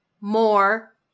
more